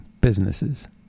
businesses